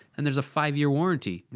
and there's a five year warranty!